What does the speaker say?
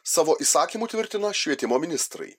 savo įsakymu tvirtino švietimo ministrai